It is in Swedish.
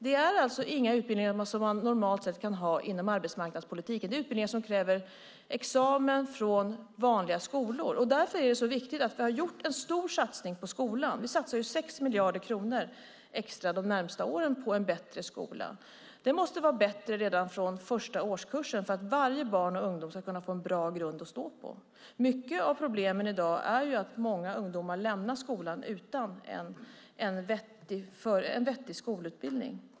Det är inga utbildningar som man normalt sett kan ha inom arbetsmarknadspolitiken, utan det är utbildningar som kräver examen från vanliga skolor. Därför är det viktigt att vi har gjort en stor satsning på skolan. Vi satsar ju 6 miljarder kronor extra de närmaste åren på en bättre skola. Det måste vara bättre redan från första årskursen för att varje barn och ungdom ska få en bra grund att stå på. Mycket av problemen i dag gäller att många ungdomar lämnar skolan utan en vettig skolutbildning.